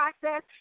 process